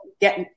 get